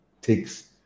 takes